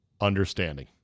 understanding